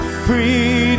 freedom